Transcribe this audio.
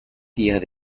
días